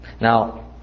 Now